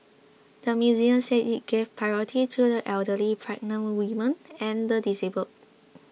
the museum said it gave priority to the elderly pregnant women and the disabled